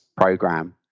program